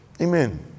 Amen